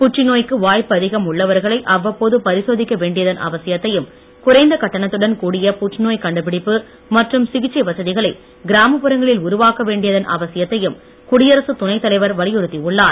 புற்றுநோய்க்கு வாய்ப்பு அதிகம் உள்ளவர்களை அவ்வப்போது பரிசோதிக்க வேண்டியதன் அவசியத்தையும் குறைந்த கட்டணத்துடன் கூடிய புற்றுநோய் கண்டுபிடிப்பு மற்றும் சிகிச்சை வசதிகளை கிராமப்புறங்களில் உருவாக்க வேண்டியதன் அவசியத்தையும் குடியரசு துணைத் தலைவர் வலியுறுத்தி உள்ளார்